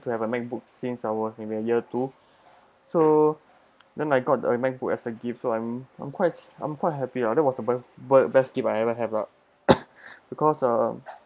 to have a MacBook since I was in year two so then I got a MacBook as a gift so I'm I'm quite I'm quite happy ah that was at he best best best gift I ever have ah because um